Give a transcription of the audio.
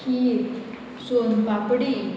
खीर soan papdi